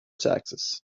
taxes